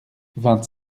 vingt